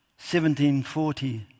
1740